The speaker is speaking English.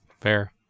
Fair